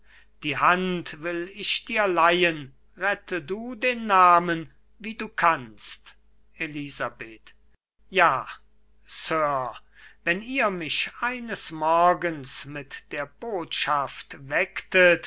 die hand will ich dir leihen rette du den namen wie du kannst elisabeth ja sir wenn ihr mich eines morgens mit der botschaft